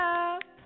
up